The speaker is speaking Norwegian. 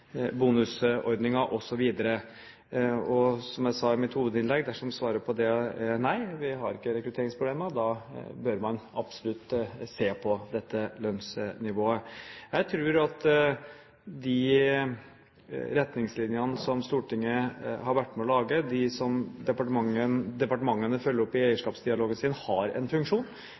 Som jeg sa i mitt hovedinnlegg, dersom svaret på det er nei, vi har ikke rekrutteringsproblemer, bør man absolutt se på dette lønnsnivået. Jeg tror at de retningslinjene som Stortinget har vært med på å lage, og som departementene følger opp i eierskapsdialogen sin, har en funksjon.